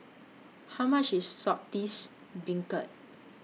How much IS Saltish Beancurd